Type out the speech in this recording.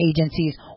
agencies